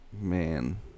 man